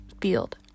field